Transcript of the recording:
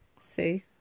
See